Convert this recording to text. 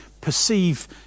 perceive